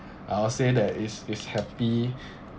I'll say that is is happy